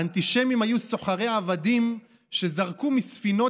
האנטישמים היו סוחרי עבדים שזרקו מספינות